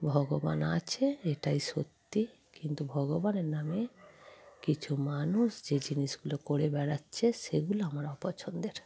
ভগবান আছে এটাই সত্যি কিন্তু ভগবানের নামে কিছু মানুষ যে জিনিসগুলো করে বেড়াচ্ছে সেগুলো আমার অপছন্দের